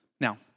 Now